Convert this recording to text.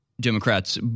Democrats